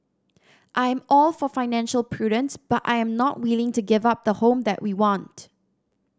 I'm all for financial prudence but I am not willing to give up the home that we want